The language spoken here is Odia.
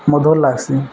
ମଧୁର୍ ଲାଗ୍ସି